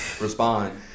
respond